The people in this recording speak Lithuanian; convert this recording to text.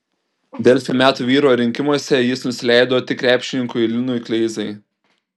delfi metų vyro rinkimuose jis nusileido tik krepšininkui linui kleizai